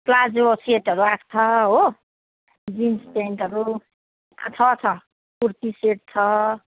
palazzo सेटहरू आएको छ हो जिन्स प्यान्टहरू छ छ कुर्ती सेट छ